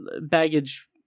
baggage